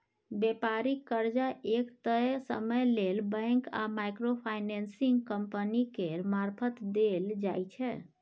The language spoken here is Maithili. बेपारिक कर्जा एक तय समय लेल बैंक आ माइक्रो फाइनेंसिंग कंपनी केर मारफत देल जाइ छै